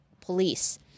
police